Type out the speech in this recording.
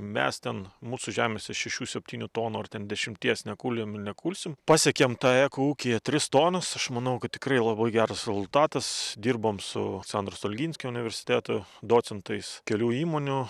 mes ten mūsų žemėse šešių septynių tonų ar ten dešimties nekūlėm ir nekulsim pasiekėm tą eko ūkyje tris tonus aš manau kad tikrai labai geras rezultatas dirbom su sandro stulginskio universiteto docentais kelių įmonių